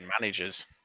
Managers